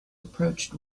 approached